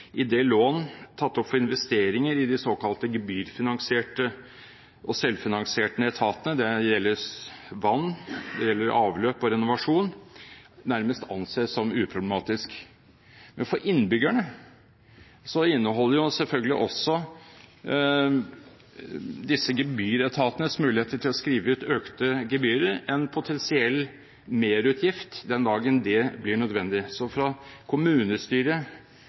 lån tatt opp for investeringer i de såkalte gebyrfinansierte og selvfinansierende etater – det gjelder vann, avløp og renovasjon – nærmest anses som uproblematisk. Men for innbyggerne inneholder selvfølgelig også disse gebyretatenes muligheter til å skrive ut økte gebyr en potensiell merutgift den dagen det blir nødvendig. Fra et kommunestyresynspunkt kan det være en trøst at noe av gjelden ikke er så